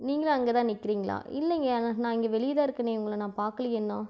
நீங்களும் அங்கேதான் நிற்குறீங்களா இல்லைங்க நான் இங்கே வெளியே தான் இருக்கேனே உங்களை நான் பார்க்கலையே இன்னும்